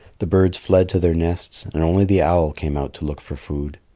the birds fled to their nests, and only the owl came out to look for food.